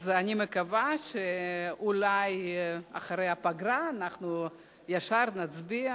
אז אני מקווה שאולי אחרי הפגרה אנחנו ישר נצביע